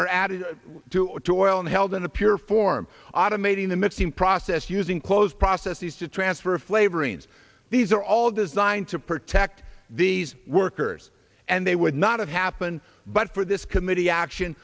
toilet held in a pure form automating the missing process using closed processes to transfer flavorings these are all designed to protect these workers and they would not have happened but for this committee action